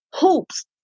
hoops